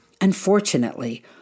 Unfortunately